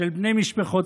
של בני משפחותיהם,